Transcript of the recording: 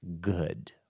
good